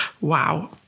Wow